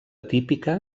típica